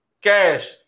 Cash